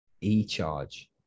E-Charge